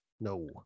No